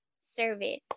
service